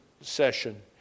session